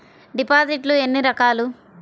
డిపాజిట్లు ఎన్ని రకాలు?